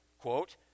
quote